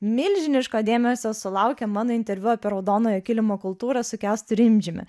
milžiniško dėmesio sulaukė mano interviu apie raudonojo kilimo kultūrą su kęstu rimdžiumi